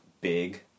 big